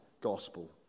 gospel